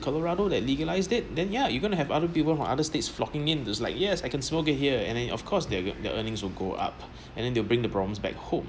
Colorado that legalized it then yeah you're gonna have other people from other states flocking in this is like yes I can smoke at here and then of course their their earnings would go up and then they'll bring the problems back home